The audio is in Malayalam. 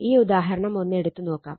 ഈ ഉദാഹരണം ഒന്ന് എടുത്തു നോക്കാം